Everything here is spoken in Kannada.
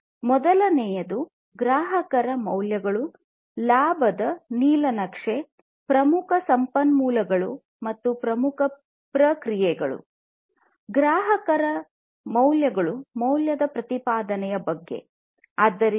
ಮೊದಲನೆಯದು ಗ್ರಾಹಕರ ಮೌಲ್ಯಗಳು ಲಾಭದ ನೀಲನಕ್ಷೆ ಪ್ರಮುಖ ಸಂಪನ್ಮೂಲಗಳು ಮತ್ತು ಪ್ರಮುಖ ಪ್ರಕ್ರಿಯೆಗಳು ಆಗಿವೆ